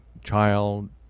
child